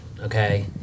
okay